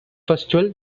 festival